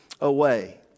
away